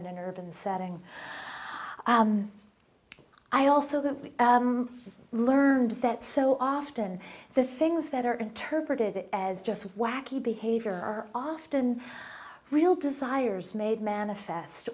an urban setting i also learned that so often the things that are interpreted as just wacky behavior are often real desires made manifest